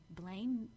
blame